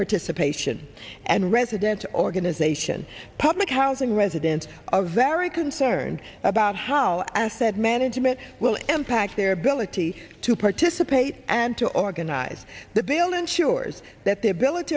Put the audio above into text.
participation and resident organization public housing residents are very concerned about how asset management will impact their ability to participate and to organize the bill ensures that the